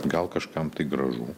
gal kažkam tai gražu